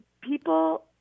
people